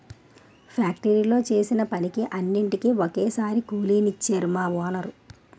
ఫ్యాక్టరీలో చేసిన పనికి అన్నిటికీ ఒక్కసారే కూలి నిచ్చేరు మా వోనరు